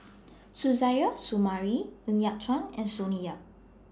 Suzairhe Sumari Ng Yat Chuan and Sonny Yap